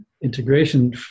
integration